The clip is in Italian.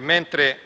mentre